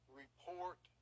report